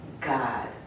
God